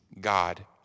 God